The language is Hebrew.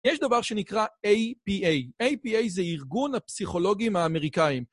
יש דבר שנקרא APA, APA זה ארגון הפסיכולוגים האמריקאים.